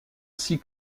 six